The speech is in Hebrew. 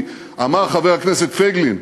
אמר חבר הכנסת פייגלין: